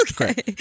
Okay